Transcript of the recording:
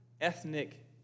ethnic